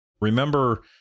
Remember